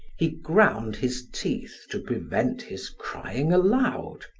he ground his teeth to prevent his crying aloud.